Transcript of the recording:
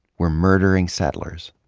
were murdering settlers.